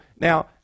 now